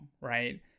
right